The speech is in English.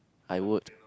I would